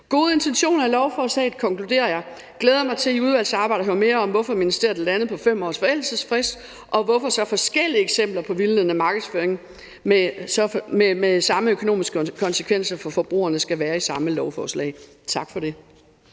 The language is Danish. gode intentioner i lovforslaget, konkluderer jeg. Jeg glæder mig til i udvalgsarbejdet at høre mere om, hvorfor ministeriet er landet på 5 års forældelsesfrist, og hvorfor så forskellige eksempler på vildledende markedsføring med samme økonomiske konsekvenser for forbrugerne skal være i samme lovforslag. Tak for det.